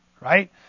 Right